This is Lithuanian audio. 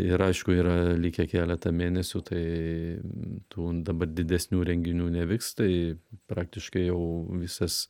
ir aišku yra likę keletą mėnesių tai tų dabar didesnių renginių nevyks tai praktiškai jau visas